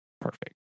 Perfect